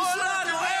כולנו.